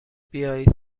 بیایید